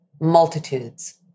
multitudes